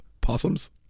possums